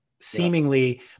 seemingly